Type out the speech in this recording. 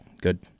Good